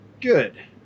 Good